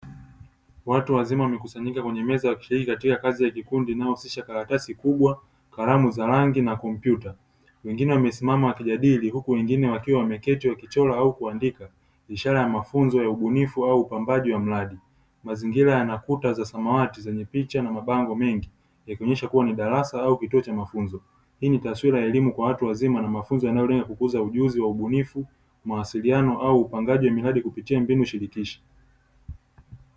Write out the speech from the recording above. Watu wazima wamekusanyika kwenye meza wakishiriki katika kazi ya kikundi inayohusisha karatasi kubwa, kalamu za rangi na kompyuta, wengine wamesimama wakijadili huku wengine wakiwa wameketi wakichora au kuandika ishara ya mafunzo ya ubunifu au upambaji wa mradi mazingira yana kuta za samawati zenye picha na mabango mengi yakionyesha kuwa ni darasa au kituo cha mafunzo hii ni taswira ya elimu kwa watu wazima na mafunzo yanayo lenga kukuza ujuzi wa ubunifu, mawasiliano au upangaji wa miradi kupitia mbinu shirikishi.